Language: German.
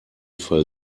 fall